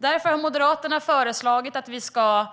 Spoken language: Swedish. Därför har Moderaterna föreslagit att vi ska